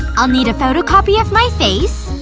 i'll need a photocopy of my face